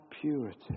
purity